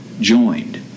joined